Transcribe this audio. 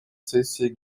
сессии